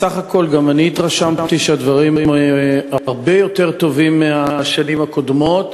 בסך הכול גם אני התרשמתי שהדברים היו הרבה יותר טובים מבשנים הקודמות,